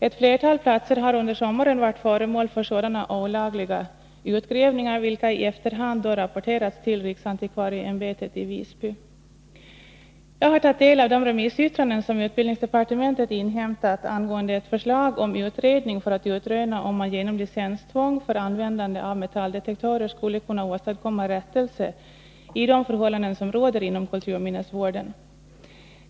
Ett flertal platser har under sommaren varit föremål för sådana olagliga utgrävningar, vilka i efterhand rapporterats till riksantikvarieämbetet i Visby. Jag har tagit del av de remissyttranden som utbildningsdepartementet inhämtat angående ett förslag om utredning för att utröna om man genom tvång på licens för användande av metalldetektorer skulle kunna åstadkomma rättelse beträffande de förhållanden som råder inom kulturminnesvården.